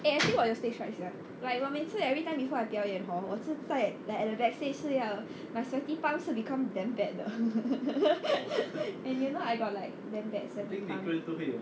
eh actually 我有 stage fright sia like 我每次 everytime before I 表演 hor 我是在 like at the backstage 是要 my sweaty palm 是 become damn bad 的 and you know I got like damn bad sweaty palm